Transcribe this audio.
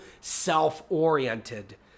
self-oriented